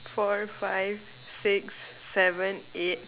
four five six seven eight